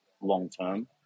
long-term